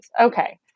okay